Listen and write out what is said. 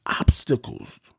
obstacles